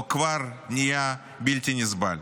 או כבר נהיה, בלתי נסבל.